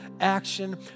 action